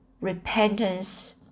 repentance